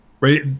right